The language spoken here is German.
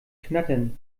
knattern